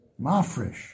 mafrish